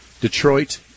Detroit